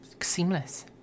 seamless